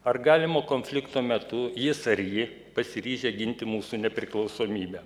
ar galimo konflikto metu jis ar ji pasiryžę ginti mūsų nepriklausomybę